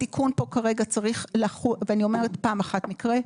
התיקון פה כרגע צריך לחול ואני אומרת פעם אחת מקרה,